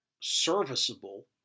serviceable